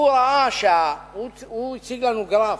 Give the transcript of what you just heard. הוא הציג לנו גרף,